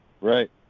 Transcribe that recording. Right